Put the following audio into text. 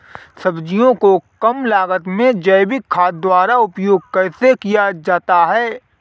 सब्जियों को कम लागत में जैविक खाद द्वारा उपयोग कैसे किया जाता है?